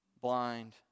blind